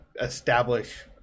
establish